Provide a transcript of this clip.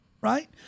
right